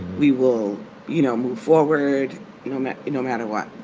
we will you know move forward no matter you know matter what